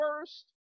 first